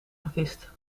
gevist